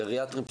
גריאטריים,